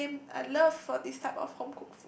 the same uh love for this type of